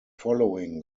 following